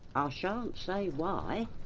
ah shan't say why,